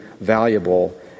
valuable